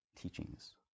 teachings